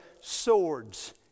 swords